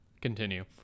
Continue